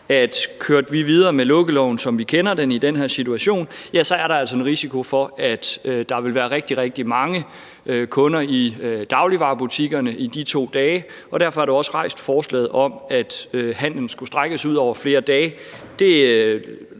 at kører vi videre med lukkeloven, som vi kender den, i den her situation, så er der altså en risiko for, at der vil være rigtig, rigtig mange kunder i dagligvarebutikkerne de to dage, og derfor er der også rejst forslaget om, at handelen skulle strækkes ud over flere dage.